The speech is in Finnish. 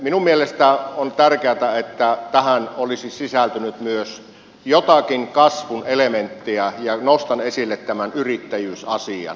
minun mielestäni olisi tärkeätä että tähän olisi sisältynyt myös jotakin kasvun elementtiä ja nostan esille tämän yrittäjyysasian